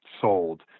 sold